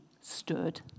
stood